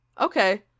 Okay